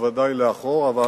בוודאי לאחור אבל